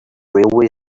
railway